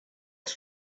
its